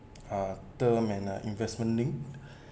uh term and uh investment thing